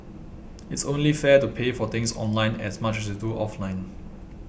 it's only fair to pay for things online as much as you do offline